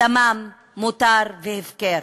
דמם מותר והפקר.